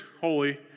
holy